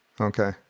Okay